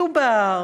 מדובר